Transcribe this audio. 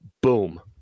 Boom